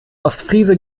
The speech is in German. ostfriese